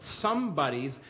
Somebody's